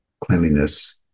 cleanliness